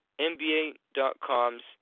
NBA.com's